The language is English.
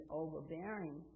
overbearing